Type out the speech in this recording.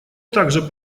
также